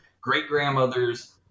great-grandmother's